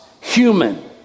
human